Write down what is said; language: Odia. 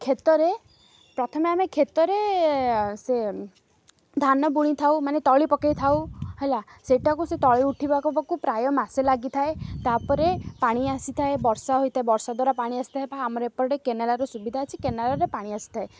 କ୍ଷେତରେ ପ୍ରଥମେ ଆମେ କ୍ଷେତରେ ସେ ଧାନ ବୁଣିଥାଉ ମାନେ ତଳି ପକାଇଥାଉ ହେଲା ସେଟାକୁ ସେ ତଳି ଉଠିବାକୁ ପ୍ରାୟ ମାସେ ଲାଗିଥାଏ ତା'ପରେ ପାଣି ଆସିଥାଏ ବର୍ଷା ହୋଇଥାଏ ବର୍ଷା ଦ୍ୱାରା ପାଣି ଆସିଥାଏ ବା ଆମର ଏପଟେ କେନାଲର ସୁବିଧା ଅଛି କେନାଲରେ ପାଣି ଆସିଥାଏ